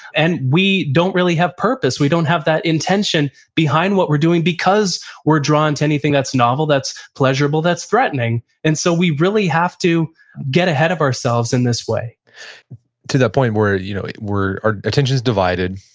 and we don't really have purpose. we don't have that attention behind what we're doing because we're drawn to anything that's novel, that's pleasurable, that's threatening and so we really have to get ahead of ourselves in this way to the point where you know our attention's divided.